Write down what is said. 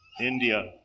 India